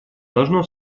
должно